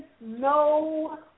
no